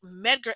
Medgar